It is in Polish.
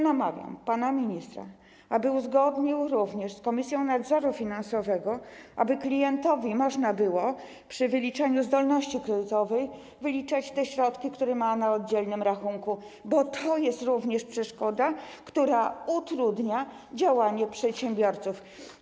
Namawiam pana ministra, aby uzgodnił również z Komisją Nadzoru Finansowego, aby klientowi można było przy wyliczaniu zdolności kredytowej wyliczać te środki, które ma na oddzielnym rachunku, bo to jest również przeszkoda, która utrudnia działanie przedsiębiorcom.